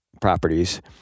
properties